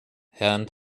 herrn